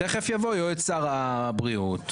תכף יבוא יועץ שר הבריאות ויציג.